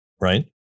right